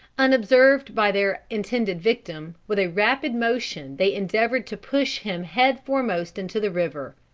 unobserved by their intended victim, with a rapid motion they endeavoured to push him head foremost into the river,